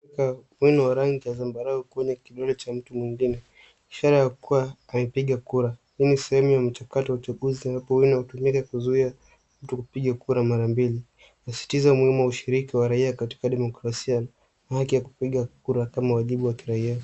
Mkono wa rangi ya zambarau kwenye kidole cha mtu mwingine ishara ya kuwa amepiga kura. Hii ni sehemu ya mchakato wa uchaguzi unaopeleka kuzuia mtu kupiga kura mara mbili Inasisitiza umuhimu wa ushiriki wa raia katika demokrasia na haki ya kupiga kura kama wajibu wa kiraia.